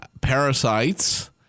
parasites